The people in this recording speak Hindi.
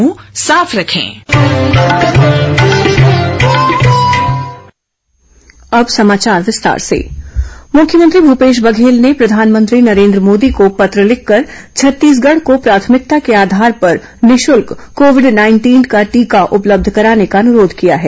मख्यमंत्री पत्र मुख्यमंत्री भूपेश बघेल ने प्रधानमंत्री नरेन्द्र मोदी को पत्र लिखकर छत्तीसगढ़ को प्राथमिकता के आधार पर निःशुल्क कोविड नाइंटीन का टीका उपलब्ध कराने का अनुरोध किया है